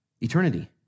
Eternity